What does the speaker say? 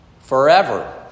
forever